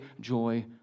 joy